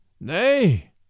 Nay